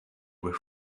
with